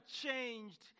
changed